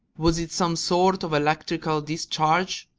was it some sort of electrical discharge?